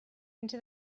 into